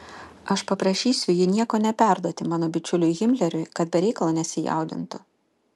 aš paprašysiu jį nieko neperduoti mano bičiuliui himleriui kad be reikalo nesijaudintų